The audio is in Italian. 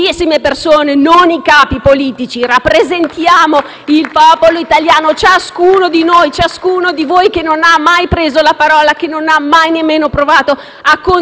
Ciascuno di noi e di voi, che non ha mai preso la parola e nemmeno provato a contraddire qualcosa che profondamente non poteva condividere,